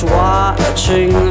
watching